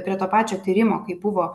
prie to pačio tyrimo kaip buvo